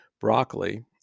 Broccoli